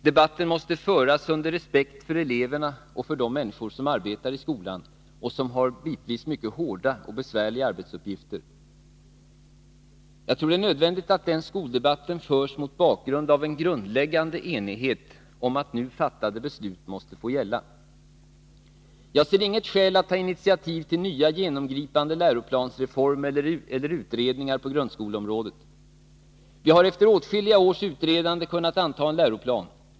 Debatten måste föras under respekt för eleverna och för de människor som arbetar i skolan och bitvis har mycket hårda och besvärliga arbetsuppgifter. Jag tror att det är nödvändigt att den skoldebatten förs mot bakgrund av en grundläggande enighet om att nu fattade beslut måste få gälla. Jag ser inget skäl att ta initiativ till nya genomgripande läroplansreformer eller utredningar på grundskoleområdet. Vi har efter åtskilliga års utredande kunnat anta en läroplan.